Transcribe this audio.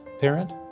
parent